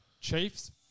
Chiefs